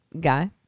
guy